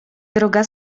droga